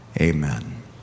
Amen